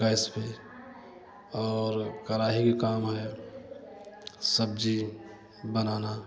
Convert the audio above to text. gas पे और कड़ाही काम है सब्ज़ी बनाना